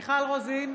מיכל רוזין,